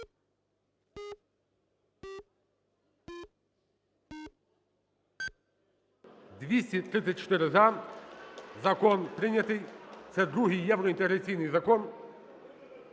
За-234 Закон прийнятий. Це другий євроінтеграційний закон.